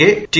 K T